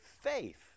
faith